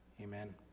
Amen